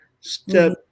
step